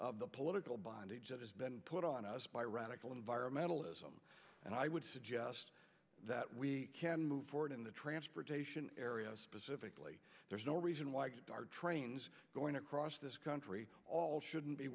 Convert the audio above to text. bondage political bondage that has been put on us by radical environmentalists and i would suggest that we can move forward in the transportation area specifically there's no reason why trains going across this country all shouldn't be